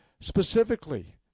specifically